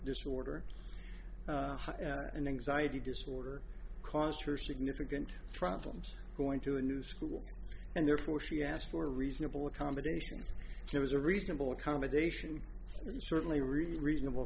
disorder an anxiety disorder cost her significant problems going to a new school and therefore she asked for a reasonable accommodation she was a reasonable accommodation certainly really reasonable